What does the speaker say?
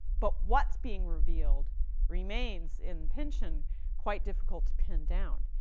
but what's being revealed remains in pynchon quite difficult to pin down.